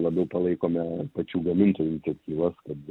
labiau palaikome pačių gamintojų iniciatyvas kad